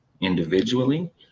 individually